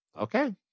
Okay